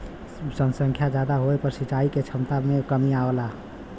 जनसंख्या जादा होये पर सिंचाई के छमता में कमी आयल हौ